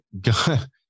God